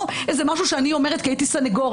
זה לא איזה משהו שאני אומרת כי הייתי סניגורית.